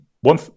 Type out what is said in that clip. one